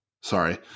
Sorry